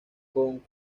con